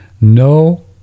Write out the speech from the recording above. No